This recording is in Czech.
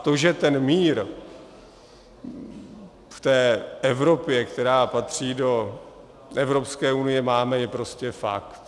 To, že ten mír v té Evropě, která patří do Evropské unie, máme, je prostě fakt.